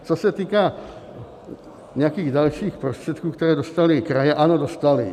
Co se týká nějakých dalších prostředků, které dostaly kraje, ano, dostaly.